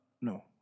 no